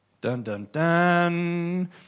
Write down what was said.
Dun-dun-dun